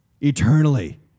eternally